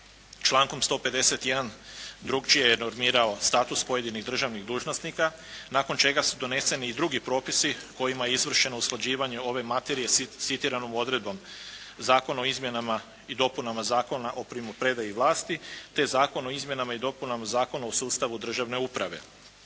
člankom 151. drukčije je normirao status pojedinih državnih dužnosnika nakon čega su doneseni i drugi propisima kojima je izvršeno usklađivanje ove materije s citiranom odredbom Zakon o izmjenama i dopunama Zakona o primopredaji vlasti te Zakon o izmjenama i dopunama Zakona o sustavu državne uprave.